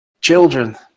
children